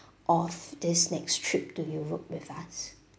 of this next trip to europe with us